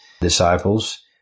disciples